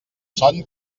son